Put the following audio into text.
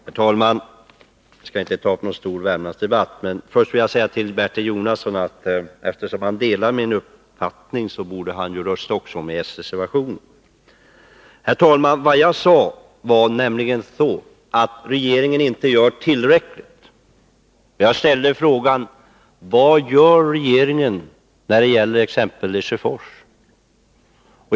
Herr talman! Jag skall inte ta upp någon stor Värmlandsdebatt, men jag vill säga till Bertil Jonasson, att eftersom han delar min uppfattning borde han också rösta med s-reservationen. Herr talman! Vad jag sade var att regeringen inte gör tillräckligt. Jag ställde frågan: Vad gör regeringen då det gäller exempelvis Lesjöfors?